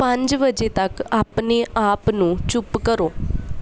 ਪੰਜ ਵਜੇ ਤੱਕ ਆਪਣੇ ਆਪ ਨੂੰ ਚੁੱਪ ਕਰੋ